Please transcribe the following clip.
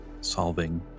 solving